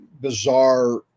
bizarre